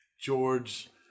george